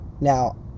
Now